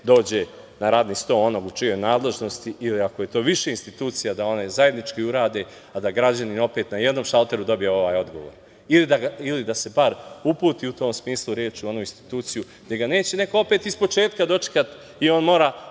dođe na radni sto onog u čijoj je nadležnosti ili ako je to više institucija da one zajednički uradi, a da građani opet na jedno šalteru dobiju ovaj odgovor ili da se bar uputi u tom smislu reči u onu instituciju gde ga neće opet neko ispočetka dočekati i on mora